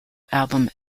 album